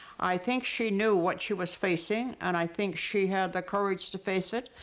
i think she knew what she was facing. and i think she had the courage to face it.